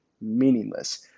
meaningless